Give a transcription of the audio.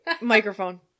microphone